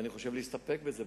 ואני חושב להסתפק בזה.